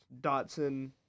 Dotson